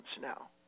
now